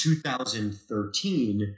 2013